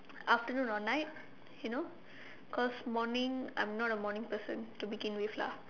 afternoon or night you know cause morning I'm not a morning person to begin with lah